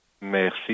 Merci